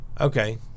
okay